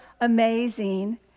amazing